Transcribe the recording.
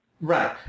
Right